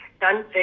done